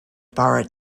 barre